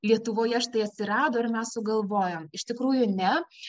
lietuvoje štai atsirado ir mes sugalvojom iš tikrųjų ne